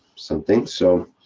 something, so.